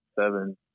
seven